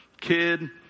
kid